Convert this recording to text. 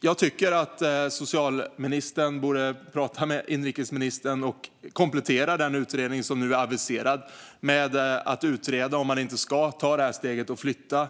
Jag tycker därför att socialministern borde prata med inrikesministern och komplettera direktiven till den utredning som nu är aviserad med att utreda om man inte ska ta detta steg och flytta